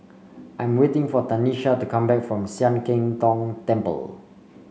I'm waiting for Tanesha to come back from Sian Keng Tong Temple